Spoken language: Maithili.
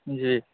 जी